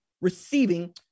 receiving